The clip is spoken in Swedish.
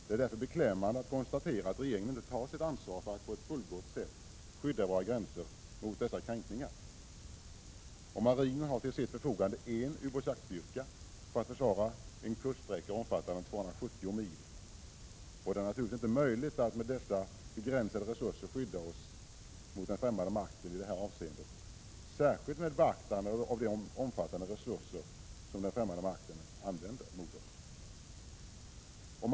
Det är därför beklämmande att konstatera att regeringen inte tar sitt ansvar för att på ett fullgott sätt skydda våra gränser mot dessa kränkningar. Marinen har en ubåtsjaktsstyrka till sitt förfogande för att försvara en kuststräcka omfattande 270 mil. Det är naturligtvis inte möjligt att med dessa begränsade resurser skydda sig mot den främmande makten i detta avseende — särskilt med beaktande av de omfattande resurser som den främmande makten använder mot oss.